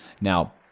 Now